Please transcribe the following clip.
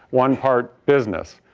one part business.